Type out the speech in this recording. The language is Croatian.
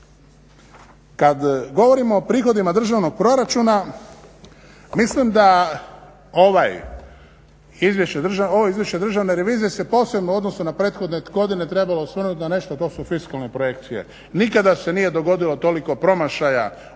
Kad govorimo o prihodima državnog proračuna, mislim da ovo Izvješće državne revizije se posebno odnosi da prethodne godine se trebalo osvrnuti na nešto, to su fiskalne projekcije. Nikada se nije dogodilo toliko promašaja u fiskalnim